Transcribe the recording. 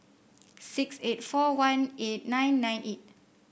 six eight four one eight nine nine eight